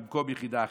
במקום יחידה אחת.